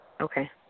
Okay